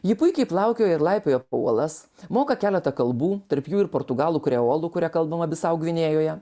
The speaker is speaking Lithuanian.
ji puikiai plaukioja ir laipioja po uolas moka keletą kalbų tarp jų ir portugalų kreolų kuria kalbama bisau gvinėjoje